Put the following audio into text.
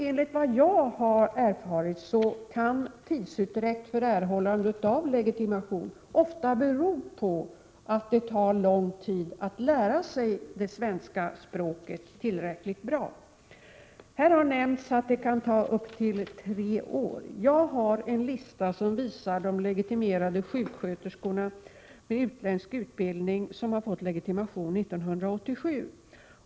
Enligt vad jag har erfarit kan tidsutdräkt för erhållande av legitimation ofta bero på att det tar lång tid att lära sig det svenska språket tillräckligt väl. Här har nämnts att det kan ta upp till tre år. Jag har här en lista över de legitimerade sjuksköterskor med utländsk utbildning som har fått svensk legitimation 1987.